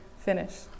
finish